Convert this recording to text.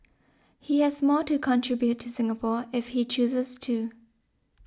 he has more to contribute to Singapore if he chooses to